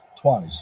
twice